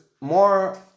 more